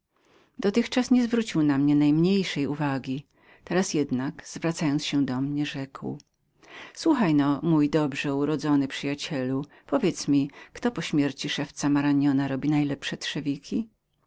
dotychczas nie zwrócił na mnie najmniejszej uwagi wtedy jednak obracając się do mnie rzekł słuchajno mój dobrze urodzony przyjacielu powiedz mi kto od śmierci szewca moragnona robi najlepsze